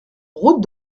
route